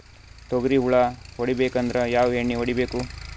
ತೊಗ್ರಿ ಹುಳ ಹೊಡಿಬೇಕಂದ್ರ ಯಾವ್ ಎಣ್ಣಿ ಹೊಡಿಬೇಕು?